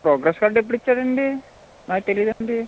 progress card ఎప్పుడు ఇచ్చారండి నాకు తెలీదండి